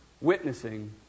Witnessing